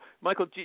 Michael